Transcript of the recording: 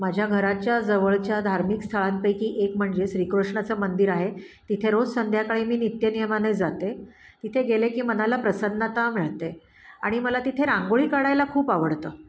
माझ्या घराच्या जवळच्या धार्मिक स्थळांपैकी एक म्हणजे श्रीकृष्णाचं मंदिर आहे तिथे रोज संध्याकाळी मी नित्य नियमाने जाते तिथे गेले की मनाला प्रसन्नता मिळते आणि मला तिथे रांगोळी काढायला खूप आवडतं